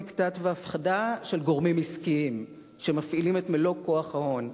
דיקטט והפחדה של גורמים עסקיים שמפעילים את מלוא כוח ההון.